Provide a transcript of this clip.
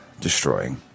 Destroying